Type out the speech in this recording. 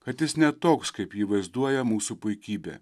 kad jis ne toks kaip jį vaizduoja mūsų puikybė